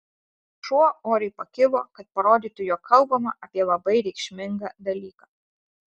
šuo oriai pakilo kad parodytų jog kalbama apie labai reikšmingą dalyką